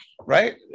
Right